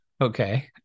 Okay